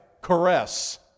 Caress